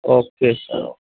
okay sir